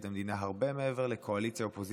המדינה הרבה מעבר לקואליציה ואופוזיציה,